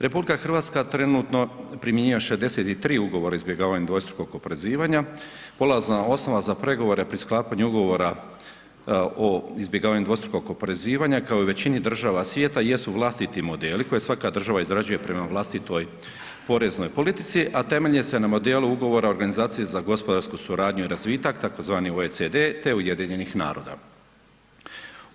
RH trenutno primjenjuje 63 Ugovora o izbjegavanju dvostrukog oporezivanja, polazna osnova za pregovore pri sklapanju ugovora o izbjegavanju dvostrukog oporezivanja kao i u većini država svijeta, jesu vlastiti modeli koje svaka država izrađuje prema vlastitoj poreznoj politici, a temelji se na modelu Ugovora o organizaciji za gospodarsku suradnju i razvitak tzv. UCD, te UN-a.